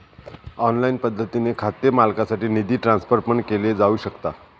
online पद्धतीने खाते मालकासाठी निधी ट्रान्सफर पण केलो जाऊ शकता